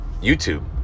YouTube